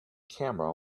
camera